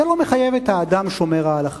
זה לא מחייב את האדם שומר ההלכה.